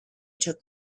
took